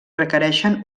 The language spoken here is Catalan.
requereixen